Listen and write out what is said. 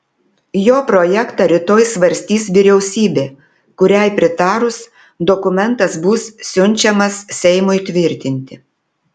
jo projektą rytoj svarstys vyriausybė kuriai pritarus dokumentas bus siunčiamas seimui tvirtinti